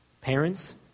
parents